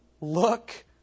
Look